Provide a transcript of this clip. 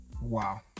Wow